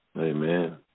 Amen